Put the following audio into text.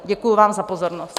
Děkuji vám za pozornost.